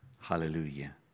Hallelujah